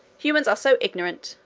humans are so ignorant!